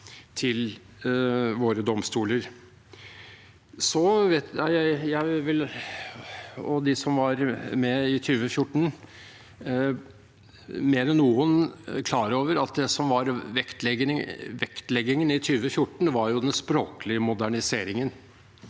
til våre domstoler. De som var med i 2014, er mer enn noen klar over at det som var vektleggingen da, var den språklige moderniseringen